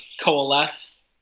coalesce